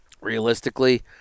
Realistically